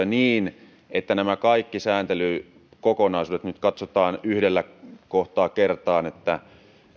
niin että nämä kaikki sääntelykokonaisuudet nyt katsotaan yhdellä kohtaa että